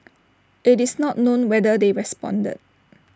IT is not known whether they responded